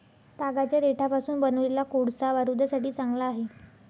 तागाच्या देठापासून बनवलेला कोळसा बारूदासाठी चांगला आहे